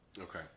Okay